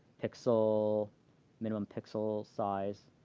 pixel minimum pixel size.